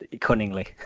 cunningly